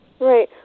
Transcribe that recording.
Right